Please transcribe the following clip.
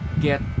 get